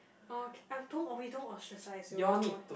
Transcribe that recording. orh okay I don't we don't ostracise you come on